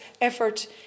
effort